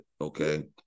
Okay